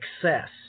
success